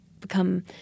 become